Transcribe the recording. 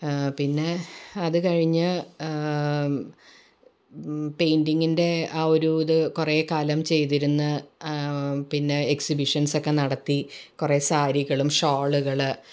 പിന്നെ അത്കഴിഞ്ഞ് പെയ്ൻറ്റിങ്ങിൻ്റെ ആ ഒരു ഇത് കുറേകാലം ചെയ്തിരുന്നു പിന്നെ എക്സിബിഷൻസോക്കെ നടത്തി കുറെ സാരികളും ഷോളുകളും